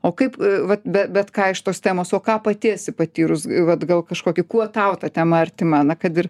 o kaip vat bet ką iš tos temos o ką pati esi patyrus vat gal kažkokį kuo tau ta tema artima na kad ir